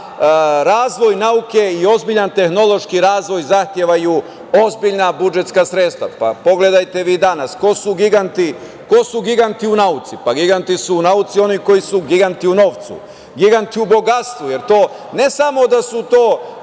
razvoj nauke i ozbiljan tehnološki razvoj zahtevaju ozbiljna budžetska sredstva. Pa, pogledajte danas ko su giganti u nauci. Giganti u nauci su oni koji su giganti u novcu, giganti u bogatstvu. Ne samo da su to